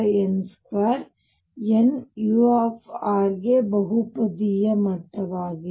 6Z2n2 n u ಗೆ ಬಹುಪದೀಯ ಮಟ್ಟವಾಗಿದೆ